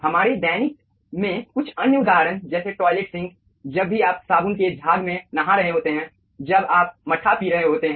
हमारे दैनिक में कुछ अन्य उदाहरण जैसे टॉयलेट सिंक जब भी आप साबुन के झाग में नहा रहे होते हैं जब आप मठ्ठा पी रहे होते हैं